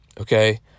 okay